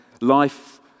life